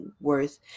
worth